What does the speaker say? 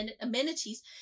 amenities